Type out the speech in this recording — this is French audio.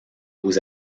aux